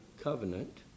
covenant